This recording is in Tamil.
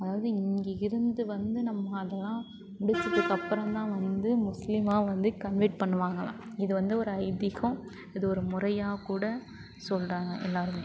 அதாவது இங்கே இருந்து வந்து நம்ம அதல்லாம் முடித்ததுக்கு அப்புறம் தான் வந்து முஸ்லீமாக வந்து கன்வெட் பண்ணுவாங்களாம் இது வந்து ஒரு ஐதீகம் இது ஒரு முறையாக கூட சொல்கிறாங்க எல்லோருமே